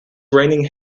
raining